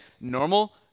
normal